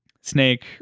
Snake